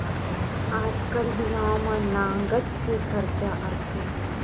आजकाल बिहाव म नँगत के खरचा आथे